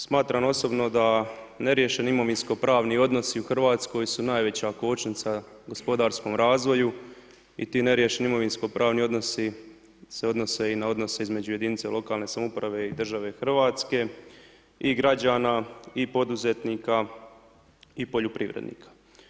Smatram osobno da neriješeni imovinskopravni odnosi u Hrvatskoj su najveća kočnica gospodarskom razvoju i ti neriješeni imovinskopravni odnosi se odnose i na odnos između jedinica lokalne samouprave i države Hrvatske i građana i poduzetnika i poljoprivrednika.